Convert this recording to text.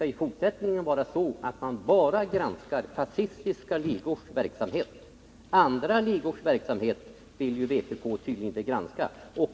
i fortsättningen skall vara den att enbart fascistiska ligors verksamhet granskas. Andra ligors verksamhet vill vpk tydligen inte granska.